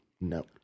no